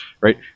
right